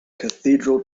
cathedral